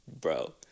Bro